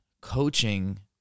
coaching